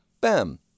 bam